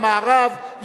גם מערב,